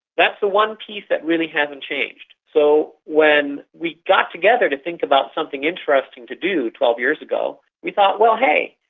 that's the one piece that really hasn't changed. so when we got together to think about something interesting to do twelve years ago, we thought, well, hey,